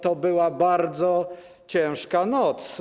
To była bardzo ciężka noc.